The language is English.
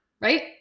right